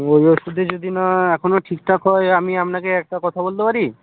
ওই ওষুধে যদি না এখনও ঠিকঠাক হয় আমি আপনাকে একটা কথা বলতে পারি